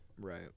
Right